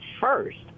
first